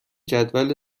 جدول